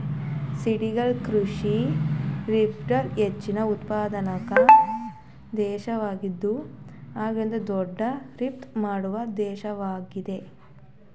ಸಿಗಡಿ ಕೃಷಿಲಿ ಬ್ರಝಿಲ್ ಹೆಚ್ಚು ಉತ್ಪಾದಕ ದೇಶ್ವಾಗಿದೆ ಥೈಲ್ಯಾಂಡ್ ದೊಡ್ಡ ರಫ್ತು ಮಾಡೋ ದೇಶವಾಗಯ್ತೆ